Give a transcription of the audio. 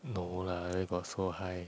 no lah where got so high